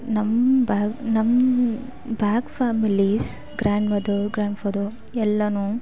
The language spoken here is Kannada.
ನಮ್ಮ ಬ್ಯಾ ನಮ್ಮ back families grandmother grandfather ಎಲ್ಲರು